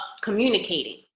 communicating